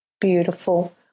Beautiful